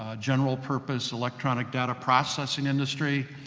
ah general purpose electronic data processing industry.